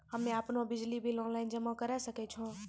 हम्मे आपनौ बिजली बिल ऑनलाइन जमा करै सकै छौ?